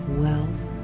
wealth